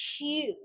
huge